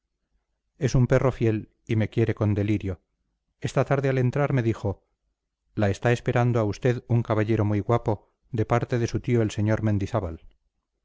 es un perro fiel y me quiere con delirio esta tarde al entrar me dijo la está esperando a usted un caballero muy guapo de parte de su tío el sr mendizábal